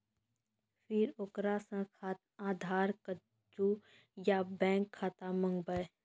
फिर ओकरा से आधार कद्दू या बैंक खाता माँगबै?